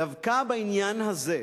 דווקא בעניין הזה,